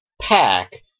pack